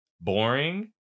Boring